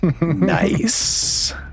Nice